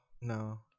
No